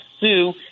sue